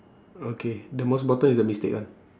okay the most bottom is the mistake ah